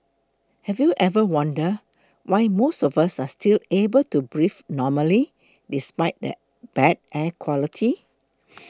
have you ever wondered why most of us are still able to breathe normally despite the bad air quality